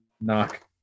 knock